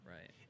Right